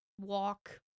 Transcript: Walk